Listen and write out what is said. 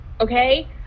okay